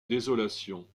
désolation